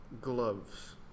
gloves